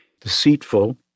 deceitful